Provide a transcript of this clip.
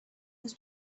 was